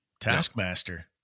Taskmaster